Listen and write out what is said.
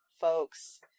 folks